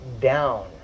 down